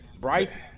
Bryce